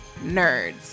NERDS